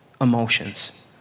emotions